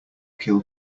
kill